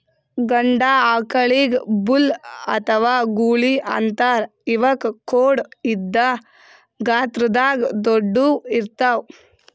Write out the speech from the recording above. ಗಂಡ ಆಕಳಿಗ್ ಬುಲ್ ಅಥವಾ ಗೂಳಿ ಅಂತಾರ್ ಇವಕ್ಕ್ ಖೋಡ್ ಇದ್ದ್ ಗಾತ್ರದಾಗ್ ದೊಡ್ಡುವ್ ಇರ್ತವ್